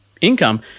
income